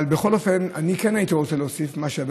אבל בכל אופן כן הייתי רוצה להוסיף משהו,